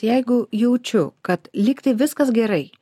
jeigu jaučiu kad lygtai viskas gerai